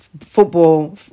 football